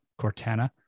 Cortana